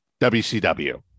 WCW